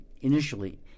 initially